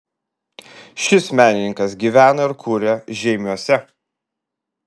šis menininkas gyvena ir kuria žeimiuose